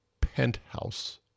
Penthouse